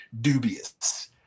dubious